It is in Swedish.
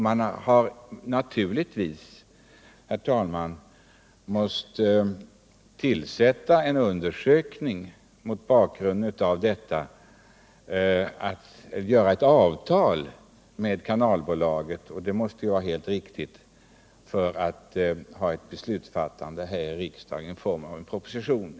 Den har naturligtvis måst tillsätta en undersökning för att kunna upprätta ett avtal med kanalbolaget. Det måste ju ske innan en proposition kunde föreläggas riksdagen.